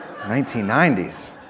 1990s